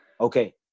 okay